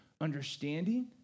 understanding